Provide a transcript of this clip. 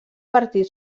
partit